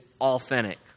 authentic